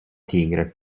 tigre